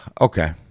okay